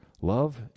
love